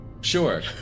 sure